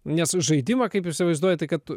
nes žaidimą kaip įsivaizduoju tai kad